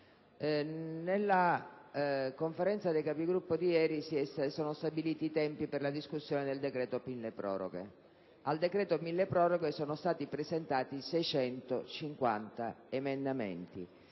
nella Conferenza dei Capigruppo di ieri si sono stabiliti i tempi per la discussione del decreto milleproroghe, sul quale però sono stati presentati 650 emendamenti,